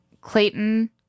Clayton